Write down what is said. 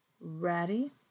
Ready